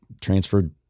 transferred